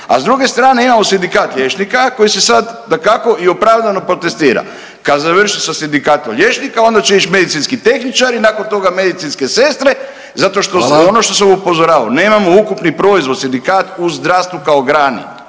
A s druge strane imamo sindikat liječnika koji se sad dakako i opravdano protestira. Kad završi sa sindikatom liječnika onda će ići medicinski tehničari nakon toga medicinske sestre zato što su …/Upadica: Hvala./… i ono što sam upozoravao nemamo ukupni proizvod sindikat u zdravstvu kao granu.